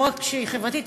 לא רק שהיא חברתית,